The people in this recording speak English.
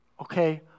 Okay